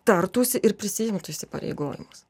tartųsi ir prisiimtų įsipareigojimus